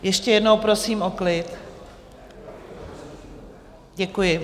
Ještě jednou prosím o klid, děkuji.